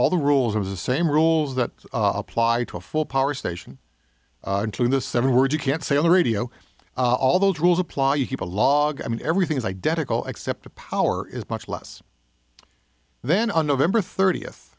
all the rules of the same rules that apply to a full power station in the seven words you can't say on the radio all those rules apply you keep a log i mean everything is identical except the power is much less then on november thirtieth